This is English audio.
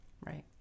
Right